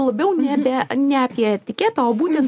labiau nebe ne apie etiketą o būtent